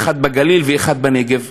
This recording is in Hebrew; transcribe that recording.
אחד בגליל ואחד בנגב,